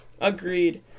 Agreed